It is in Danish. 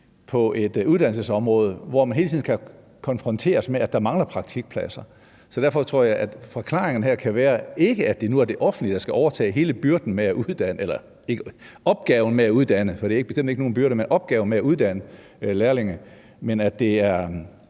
på et uddannelsesområde, hvor de hele tiden skal konfronteres med, at der mangler praktikpladser. Så derfor tror jeg, at forklaringen her kan være, at det nu ikke kun er det offentlige, der skal overtage hele opgaven med at uddanne lærlinge, men at det også er noget, der kan være med til at friste flere